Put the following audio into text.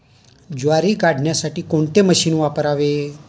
ज्वारी काढण्यासाठी कोणते मशीन वापरावे?